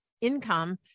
income